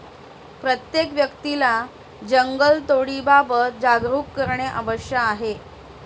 प्रत्येक व्यक्तीला जंगलतोडीबाबत जागरूक करणे आवश्यक आहे